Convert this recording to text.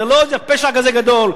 זה לא פשע כזה גדול.